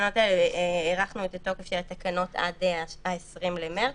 הארכנו את התוקף של התקנות עד ה-20 במרס,